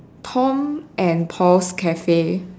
Tom and Paul's cafe